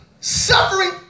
Suffering